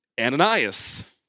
Ananias